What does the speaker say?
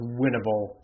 winnable